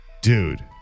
Dude